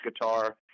guitar